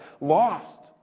Lost